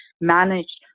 managed